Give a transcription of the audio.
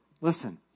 Listen